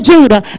Judah